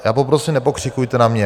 Já poprosím, nepokřikujte na mě.